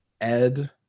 ed